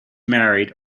married